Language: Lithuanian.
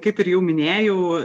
kaip ir jau minėjau